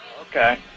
Okay